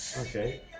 Okay